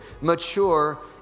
mature